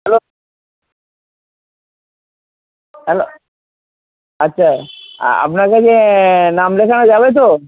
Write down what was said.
hello hello আচ্ছা আপনার কাছে নাম লেখানো যাবে তো